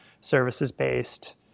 services-based